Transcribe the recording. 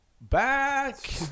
back